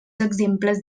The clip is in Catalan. exemples